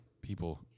people